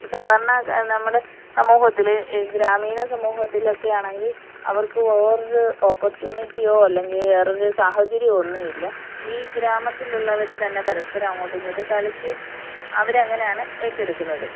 സാധാരണ നമ്മുടെ സമൂഹത്തിൽ ഗ്രാമീണ സമൂഹത്തിലൊക്കെ ആണെങ്കിൽ അവർക്ക് വേറൊരു ഓപ്പർച്യുണിറ്റിയോ അല്ലെങ്കിൽ വേറൊരു സാഹചര്യമോ ഒന്നുമില്ല ഈ ഗ്രാമത്തിലുള്ളവർ തന്നെ പരസ്പരം അങ്ങോട്ടുമിങ്ങോട്ടും കളിച്ച് അവർ അങ്ങനെയാണ് ഏറ്റെടുക്കുന്നത്